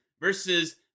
versus